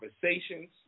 conversations